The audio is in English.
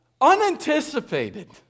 unanticipated